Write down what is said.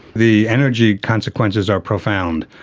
the energy consequences are profound.